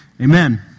amen